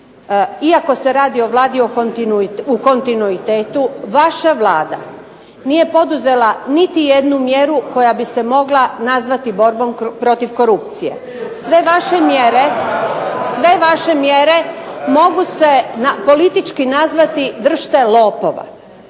iako se radi o Vladi u kontinuitetu vaša Vlada nije poduzela niti jednu mjeru koja bi se mogla nazvati borbom protiv korupcije. Sve vaše mjere mogu se politički nazvati "dršte lopova".